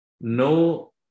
No